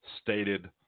stated